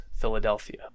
Philadelphia